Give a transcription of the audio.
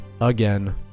again